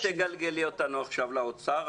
אל תגלגלי אותנו עכשיו לאוצר.